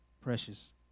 precious